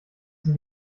sie